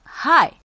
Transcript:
Hi